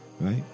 Right